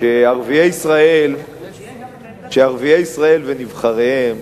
שערביי ישראל ונבחריהם,